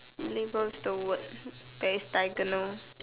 link both the words that is diagonal